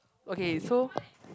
okay so